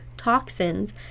Toxins